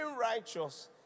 righteous